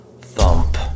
thump